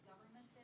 government